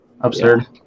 absurd